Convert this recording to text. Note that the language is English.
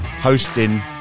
hosting